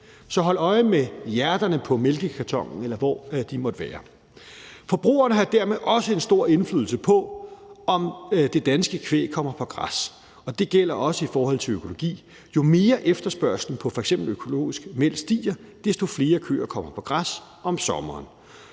Så hold øje med hjerterne på mælkekartonen, eller hvor de måtte være. Forbrugerne har dermed også en stor indflydelse på, om det danske kvæg kommer på græs, og det gælder også i forhold til økologi. Jo mere efterspørgselen på f.eks. økologisk mælk stiger, desto flere køer kommer på græs om sommeren,